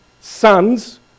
sons